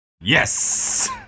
yes